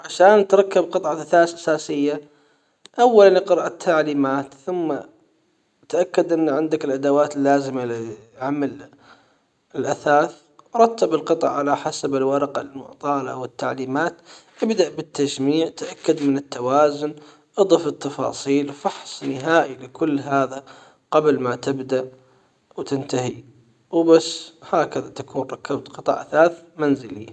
عشان تركب قطعة اثاث اساسية اولًا اقرأ التعليمات ثم تأكد ان عندك الأدوات اللازمة لعمل الاثاث رتب القطعة على حسب الورقة المعطالة والتعليمات ابدأ بالتجميع تأكد من التوازن اضف التفاصيل فحص نهائي لكل هذا قبل ما تبدأ وتنتهي وبس هكذا تكون ركبت قطع اثاث منزلية.